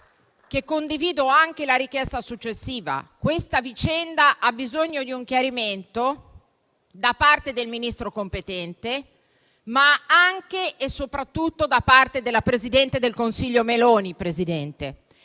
di condividere anche la richiesta successiva. Questa vicenda ha bisogno di un chiarimento da parte del Ministro competente, ma anche e soprattutto da parte della presidente del Consiglio Meloni. Su questo